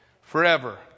Forever